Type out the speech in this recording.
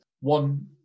one